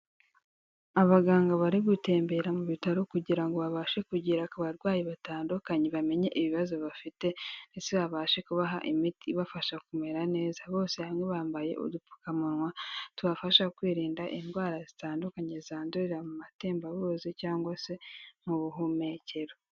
Abaganga bari gutembera mu bitaro kugira ngo babashe kugera ku barwayi batandukanye bamenye ibibazo bafite ndetse babashe kubaha imiti ibafasha kumera neza. Bose hamwe bambaye udupfukamunwa, tubafasha kwirinda indwara zitandukanye zandurira mu matembabuzi cyangwa se mu buhumekero.